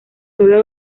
solo